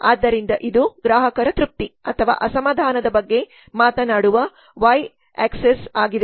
ಆದ್ದರಿಂದ ಇದು ಗ್ರಾಹಕರ ತೃಪ್ತಿ ಅಥವಾ ಅಸಮಾಧಾನದ ಬಗ್ಗೆ ಮಾತನಾಡುವ ವೈ ಅಕ್ಷವಾಗಿದೆ